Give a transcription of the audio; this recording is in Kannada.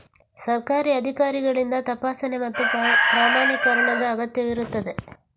ಸರ್ಕಾರಿ ಅಧಿಕಾರಿಗಳಿಂದ ತಪಾಸಣೆ ಮತ್ತು ಪ್ರಮಾಣೀಕರಣದ ಅಗತ್ಯವಿರುತ್ತದೆ